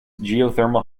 geothermal